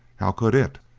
how could it?